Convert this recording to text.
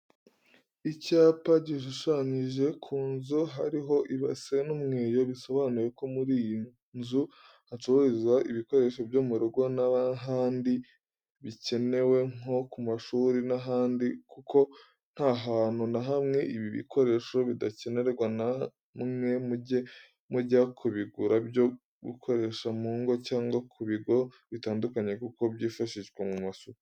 Icyapa gishushanyije ku nzu hariho ibase n'umweyo bisonuye ko muriyinzu hacururizwa ibikoresho byo murugo nahandi bicyenerwa nko kumashuri n'ahandi. Kuko ntahantu nahamwe ibi bikoresho bidacyenerwa namwe mujye mujya kubigura byo gukoresha mu ngo cyangwa kubigo bitandukanye. Kuko byifashishwa mu masuku.